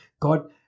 God